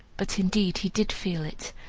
but indeed he did feel it,